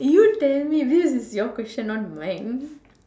you tell me this is your question not mine